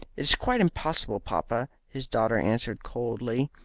is quite impossible, papa, his daughter answered coldly.